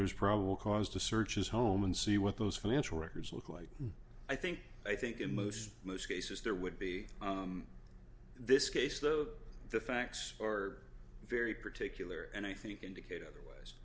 there's probable cause to search his home and see what those financial records look like i think i think in most most cases there would be this case though the facts are very particular and i think indicate otherwise